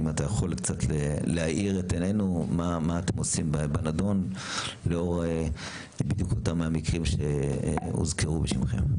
האם אתה יכול להאיר את עינינו ולאור אותם המקרים שהוזכרו בשמכם,